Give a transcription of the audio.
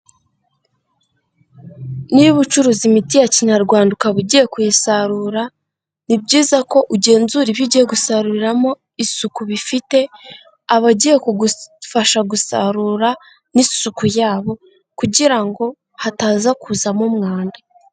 Niba ucuruza imiti ya kinyarwanda ukaba ugiye kuyisarura, ni byiza ko ugenzura ibyo ugiye gusaruriramo isuku bifite, abagiye kugufasha gusarura n'isuku yabo kugira ngo hataza kuzamo umwanda.